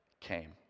came